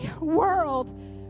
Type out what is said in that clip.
world